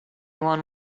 one